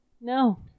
No